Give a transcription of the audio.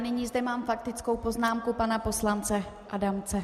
Nyní zde mám faktickou poznámku pana poslance Adamce.